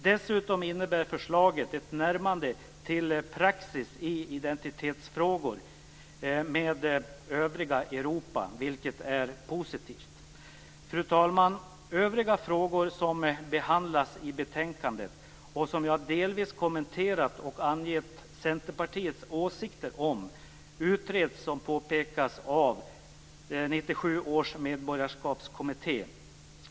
Dessutom innebär förslaget ett närmande till praxis i identitetsfrågor med övriga Europa - vilket är positivt. Fru talman! Övriga frågor som behandlas i betänkandet, och som jag delvis kommenterat och angett Centerpartiets åsikter om, utreds av 1997 års medborgarskapskommitté.